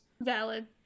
Valid